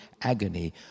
agony